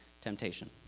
temptation